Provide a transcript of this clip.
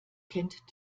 kennt